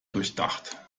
durchdacht